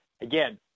Again